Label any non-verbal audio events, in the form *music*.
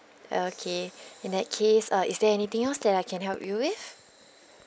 okay *breath* in that case uh is there anything else that I can help you with